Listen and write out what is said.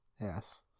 Yes